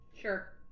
Sure